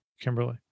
Kimberly